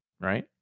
right